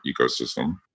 ecosystem